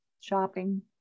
shopping